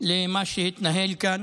למה שהתנהל כאן